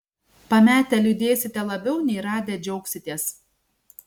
pametę liūdėsite labiau nei radę džiaugsitės